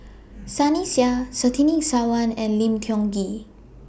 Sunny Sia Surtini Sarwan and Lim Tiong Ghee